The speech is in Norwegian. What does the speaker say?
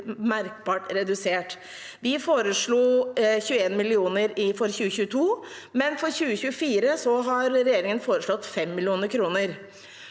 merkbart redusert. Vi foreslo 21 mill. kr for 2022, men for 2024 har regjeringen foreslått 5 mill. kr.